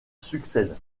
succède